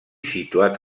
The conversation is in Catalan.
situat